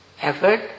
effort